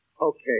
Okay